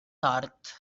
tort